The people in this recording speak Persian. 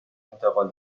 انتقال